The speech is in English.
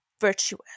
Virtuous